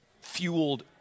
fueled